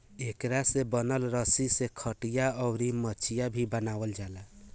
एकरा से बनल रसरी से खटिया, अउर मचिया भी बनावाल जाला